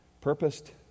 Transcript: purposed